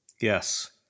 Yes